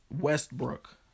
Westbrook